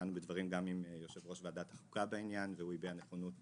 באנו בדברים גם עם יושב ראש ועדת החוקה בעניין והוא הביע נכונות